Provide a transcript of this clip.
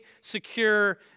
secure